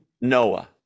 Noah